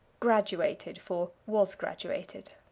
graduated for was graduated.